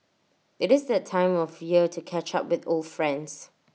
IT is that time of year to catch up with old friends